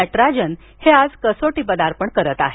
नटराजन हे आज कसोटी पदार्पण करत आहेत